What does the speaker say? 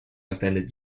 offended